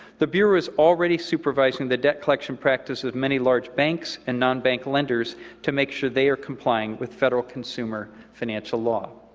the bureau is already supervising the debt collection practices of many large banks and nonbank lenders to make sure they are complying with federal consumer financial law.